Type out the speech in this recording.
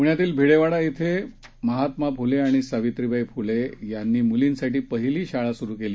पुण्यातील भिडेवाडा श्रुं महात्मा फुले आणि सावित्रीबाई फुले यांनी मुलींसाठी पाहिली शाळा सुरु केली